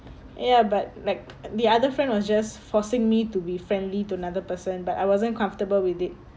ya but like the other friend was just forcing me to be friendly to another person but I wasn't comfortable with it